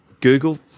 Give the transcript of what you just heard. Google